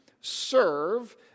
serve